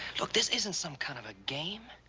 look, this isn't some kind of a game.